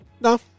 no